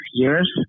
years